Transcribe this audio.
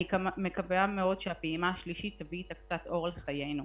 אני מקווה מאוד שהפעימה השלישית תביא איתה קצת אור אל חיינו.